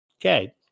Okay